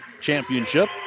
championship